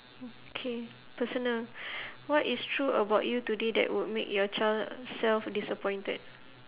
okay personal what is true about you today that would make your child self disappointed